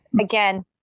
again